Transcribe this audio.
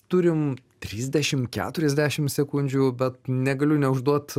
turim trisdešimt keturiasdešimt sekundžių bet negaliu neužduot